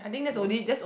was